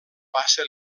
passa